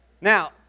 Now